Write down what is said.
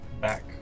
back